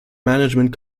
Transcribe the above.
management